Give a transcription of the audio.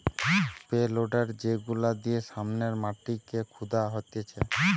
pay loader যেগুলা দিয়ে সামনের মাটিকে খুদা হতিছে